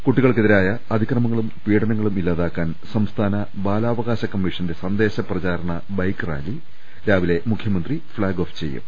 കുട്ടികൾക്കെതിരായ അതിക്രമങ്ങളും പീഢനങ്ങളും ഇല്ലാതാ ക്കാൻ സംസ്ഥാന ബാലാവകാശ കമ്മീഷന്റെ സന്ദേശ പ്രചാ രണ ബൈക്ക് റാലി രാവിലെ മുഖ്യമന്ത്രി ഫ്ളാഗ്ഓഫ് ചെയ്യും